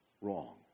wrong